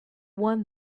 won